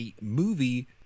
movie